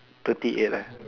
thirty eight ah